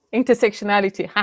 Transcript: intersectionality